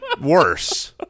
worse